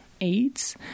aids